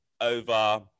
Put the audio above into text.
over